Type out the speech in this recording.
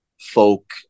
folk